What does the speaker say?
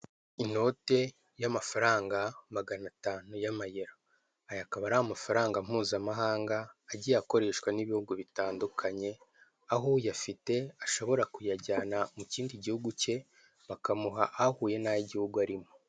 Inote y'amafaranga magana atanu y'amayero. Aya akaba ari amafaranga mpizamahanga, agiye akoreshwa n'ibihugu bitandukanye, aho uyafite ashobora kuyajyana mu kindi gihugu cye, bakamuha ahuye n'ay'igihugu arimo.